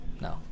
no